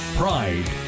pride